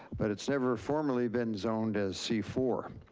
but it's never formerly been zoned as c four.